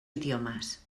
idiomes